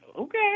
okay